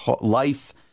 life